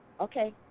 Okay